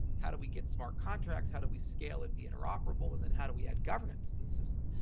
how do we get smart contracts? how do we scale and be interoperable? and then how do we add governance to the system?